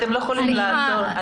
אתם לא יכולים לעצור אותה.